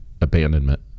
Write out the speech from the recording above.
abandonment